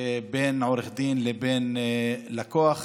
בין עורך דין לבין לקוח,